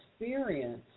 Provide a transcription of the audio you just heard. experience